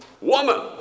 Woman